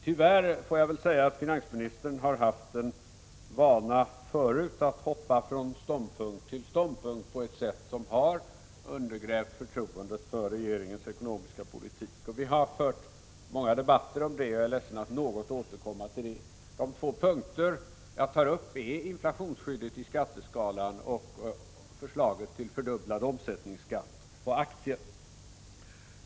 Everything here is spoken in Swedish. Tyvärr har finansministern förut haft en vana att hoppa från ståndpunkt till ståndpunkt på ett sätt som har undergrävt förtroendet för regeringens ekonomiska politik. Vi har fört många debatter om det. Jag är ledsen att behöva återkomma till det. De två punkter jag nu vill ta upp är inflationsskyddet i skatteskalan och förslaget till fördubblad omsättningsskatt på aktier.